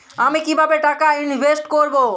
আমি কিভাবে টাকা ইনভেস্ট করব?